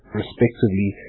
respectively